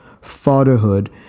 fatherhood